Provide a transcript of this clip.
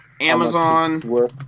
Amazon